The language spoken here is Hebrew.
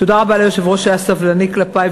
תודה רבה ליושב-ראש שהיה סבלני כלפי,